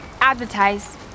Advertise